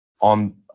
on